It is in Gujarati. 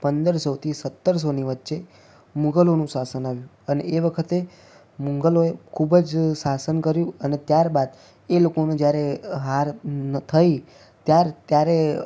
પંદરસોથી સત્તરસોની વચ્ચે મુગલોનું શાસન આવ્યું અને એ વખતે મુગલોએ ખૂબજ શાસન કર્યું અને ત્યારબાદ એ લોકોનું જ્યારે હાર થઈ ત્યારે